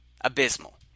abysmal